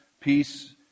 peace